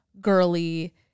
girly